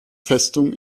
festung